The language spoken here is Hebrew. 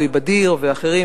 לואי בדיר ואחרים,